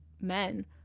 men